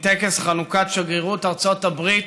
מטקס חנוכת שגרירות ארצות הברית